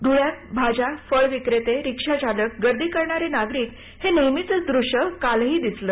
धूळ्यात भाज्या फळं विक्रेते रिक्षाचालक गर्दी करणारे नागरिक हे नेहमीचेच दृश्य काळी दिसले